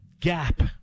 gap